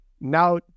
Now